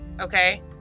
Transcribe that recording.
Okay